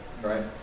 Right